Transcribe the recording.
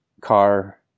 car